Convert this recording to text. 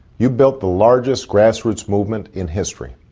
you've built the largest grass roots movement in history,